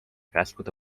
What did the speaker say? käskude